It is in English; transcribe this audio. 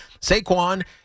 Saquon